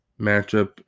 Matchup